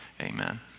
amen